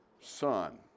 son